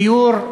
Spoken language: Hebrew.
דיור,